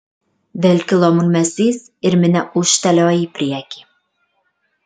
vėl kilo murmesys ir minia ūžtelėjo į priekį